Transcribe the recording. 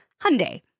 Hyundai